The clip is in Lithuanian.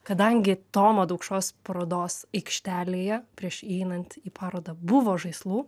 kadangi tomo daukšos parodos aikštelėje prieš einant į parodą buvo žaislų